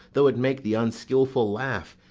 though it make the unskilful laugh,